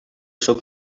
sóc